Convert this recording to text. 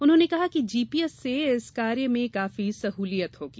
उन्होंने कहा कि जीपीएस से इस कार्य में काफी सहूलियत रहेगी